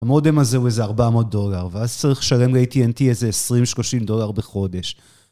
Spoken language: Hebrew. המודם הזה הוא איזה 400 דולר ואז צריך לשלם ל-AT&T איזה20-30 דולר בחודש.